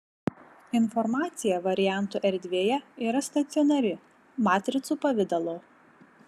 informacija variantų erdvėje yra stacionari matricų pavidalo